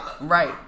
right